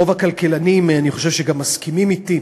רוב הכלכלנים אני חושב שגם מסכימים אתי.